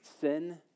Sin